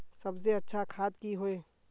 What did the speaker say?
सबसे अच्छा खाद की होय?